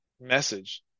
message